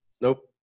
Nope